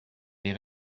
des